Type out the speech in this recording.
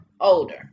older